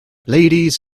ladies